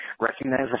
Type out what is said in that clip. recognize